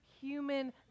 human